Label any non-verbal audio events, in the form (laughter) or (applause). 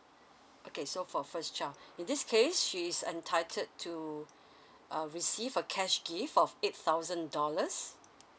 okay so for first child in this case she is entitled to (breath) uh receive a cash gift of eight thousand dollars